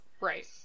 right